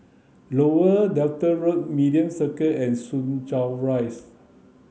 Lower Delta Road Media Circle and Soo Chow Rise